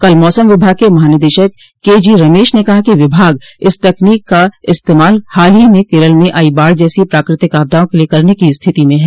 कल मौसम विभाग के महानिदेशक केजी रमेश ने कहा कि विभाग इस तकनीक का इस्तेंमाल हाल ही में केरल में आई बाढ़ जैसी प्राकृतिक आपदाओं के लिए करने की स्थिति में है